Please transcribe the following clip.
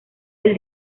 del